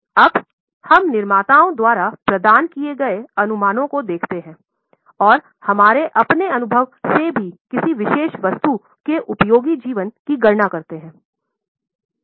अब हम निर्माताओं द्वारा प्रदान किए गए अनुमानों को देखते हैं और हमारे अपने अनुभव से भी किसी विशेष वस्तु के उपयोगी जीवन की गणना करते हैं